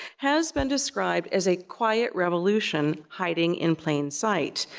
has been described as a quiet revolution hiding in plain sight.